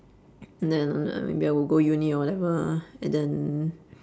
and then uh maybe I will go uni or whatever ah and then